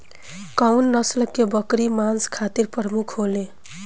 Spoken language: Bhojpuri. कउन नस्ल के बकरी मांस खातिर प्रमुख होले?